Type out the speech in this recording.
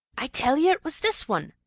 i tell you it was this one.